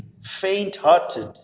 faint-hearted